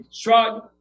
shrug